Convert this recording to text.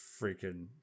freaking